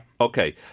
Okay